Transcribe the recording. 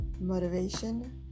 motivation